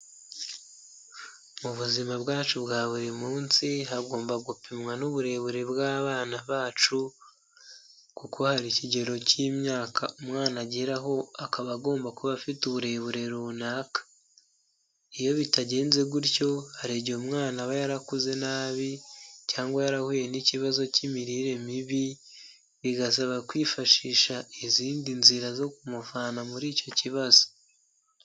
Mu buzima bwacu bwa buri munsi hagomba gupimwa n'uburebure bw'abana bacu kuko hari ikigero cy'imyaka umwana ageraho akaba agomba kuba afite uburebure runaka, iyo bitagenze gutyo hari igihe umwana aba yarakuze nabi cyangwa yarahuye n'ikibazo cy'imirire mibi bigasaba kwifashisha izindi nzira zo kumuvana muri icyo kibazo.